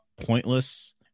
pointless